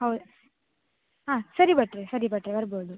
ಹೌದು ಹಾಂ ಸರಿ ಭಟ್ಟರೇ ಸರಿ ಭಟ್ಟರೇ ಬರ್ಬೌದು